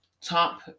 top